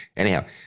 Anyhow